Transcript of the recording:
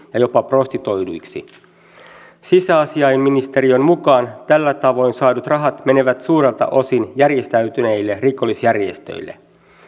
ja jopa prostituoiduiksi sisäasiainministeriön mukaan tällä tavoin saadut rahat menevät suurelta osin järjestäytyneille rikollisjärjestöille